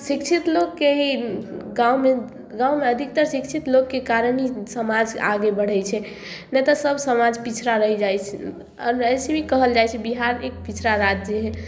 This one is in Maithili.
शिक्षित लोकके ही गाँवमे गाँवमे अधिकतर शिक्षित लोकके कारण ही समाज आगे बढ़ै छै नहि तऽ सब समाज पिछड़ा रहि जाइ छै आ वैसे भी कहल जाइ छै बिहार एक पिछड़ा राज्य भी हइ